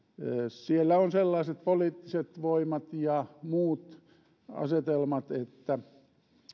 siellä on sellaiset poliittiset voimat ja muut asetelmat että